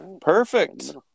perfect